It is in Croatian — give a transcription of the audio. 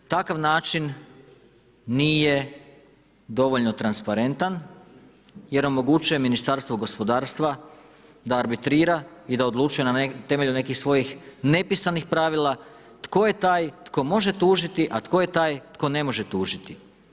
Takav način nije dovoljno transparentan, jer omogućuje Ministarstvo gospodarstva da arbitara i da odlučuje na temelju nekih svojih nepisanih pravila tko je taj tko može tužiti, a tko je taj tko ne može tužiti.